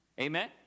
Amen